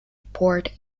report